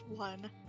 One